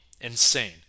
insane